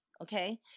Okay